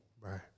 Right